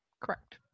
Correct